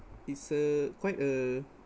it's a quite a